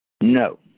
No